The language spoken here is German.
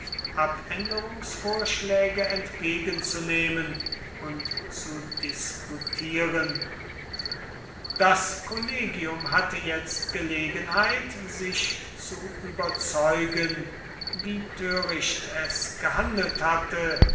abänderungsvorschläge entgegenzunehmen und zu diskutieren das kollegium hatte jetzt gelegenheit sich zu überzeugen wie töricht es gehandelt hatte